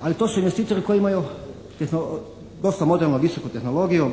ali to su investitori koji imaju dosta modernu visoku tehnologiju.